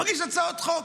מגיש הצעות חוק.